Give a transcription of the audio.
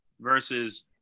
versus